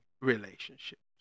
relationships